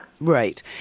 Right